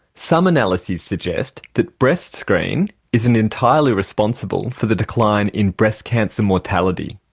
some analyses suggest that breastscreen isn't entirely responsible for the decline in breast cancer mortality,